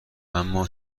اما